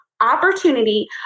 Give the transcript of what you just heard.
opportunity